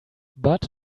but